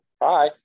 Hi